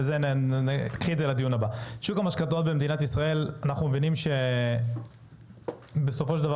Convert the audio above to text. אנחנו מבינים שבסופו של דבר,